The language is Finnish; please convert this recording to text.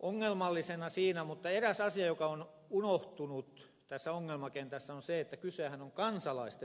ongelmallisena mutta eräs asia joka on unohtunut tässä ongelmakentässä on se että kysehän on kansalaisten turvallisuudesta